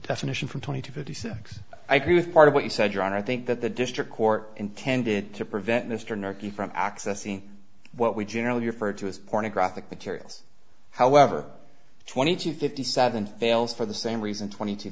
definition from twenty to fifty six i agree with part of what you said your honor i think that the district court intended to prevent mr narky from accessing what we generally refer to as pornographic materials however twenty to fifty seven veils for the same reason twenty two